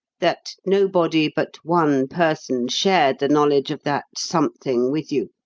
that nobody but one person shared the knowledge of that something with you,